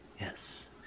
Yes